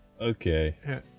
Okay